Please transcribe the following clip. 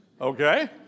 Okay